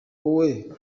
wowe